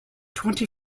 twenty